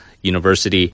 University